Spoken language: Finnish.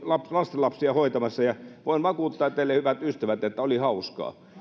lastenlapsia hoitamassa ja voin vakuuttaa teille hyvät ystävät että oli hauskaa